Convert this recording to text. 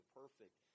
perfect